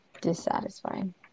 dissatisfying